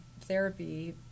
therapy